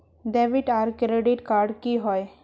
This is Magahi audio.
डेबिट आर क्रेडिट कार्ड की होय?